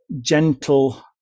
gentle